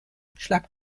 schlagt